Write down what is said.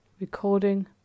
Recording